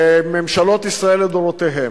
ממשלות ישראל לדורותיהן,